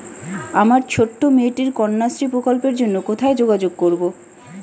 আমার ছোট্ট মেয়েটির কন্যাশ্রী প্রকল্পের জন্য কোথায় যোগাযোগ করব?